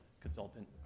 consultant